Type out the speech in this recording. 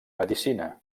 medicina